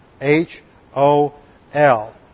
H-O-L